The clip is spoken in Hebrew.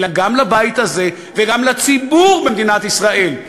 אלא גם לבית הזה וגם לציבור במדינת ישראל,